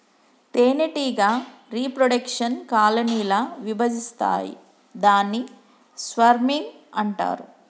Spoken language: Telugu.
తేనెటీగ రీప్రొడెక్షన్ కాలనీ ల విభజిస్తాయి దాన్ని స్వర్మింగ్ అంటారు